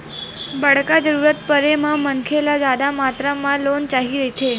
बड़का जरूरत परे म मनखे ल जादा मातरा म लोन चाही रहिथे